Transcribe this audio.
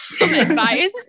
advice